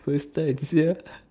first time sia